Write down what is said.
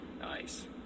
Nice